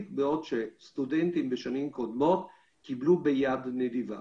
בעוד שסטודנטים בשנים קודמות קיבלו ביד נדיבה.